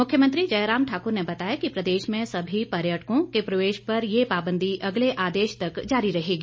मुख्यमंत्री जयराम ठाकुर ने बताया कि प्रदेश में सभी पर्यटकों के प्रवेश पर ये पाबंदी अगले आदेश तक जारी रहेगी